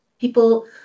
people